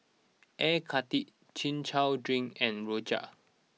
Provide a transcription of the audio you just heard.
Air Karthira Chin Chow Drink and Rojak